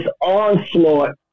onslaught